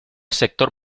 sector